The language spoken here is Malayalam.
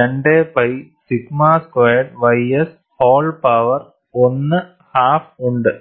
2 pi sigma squared ys whole power 1 half ഉണ്ട്